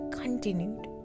continued